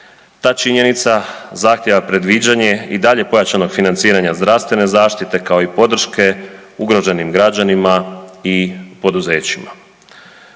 Ta činjenica zahtjeva predviđanje i dalje pojačanog financiranja zdravstvene zaštite kao i podrške ugroženim građanima i poduzećima.